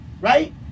right